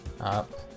Up